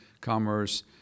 Commerce